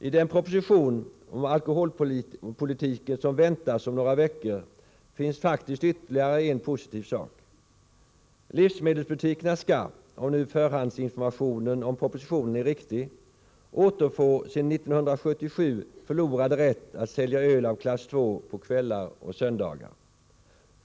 I den proposition om alkoholpolitiken som väntas om några veckor finns faktiskt ytterligare en positiv sak. Livsmedelsbutikerna skall, om nu förhandsinformationen om propositionen är riktig, återfå sin 1977 förlorade rätt att sälja öl av klass II på kvällar och söndagar.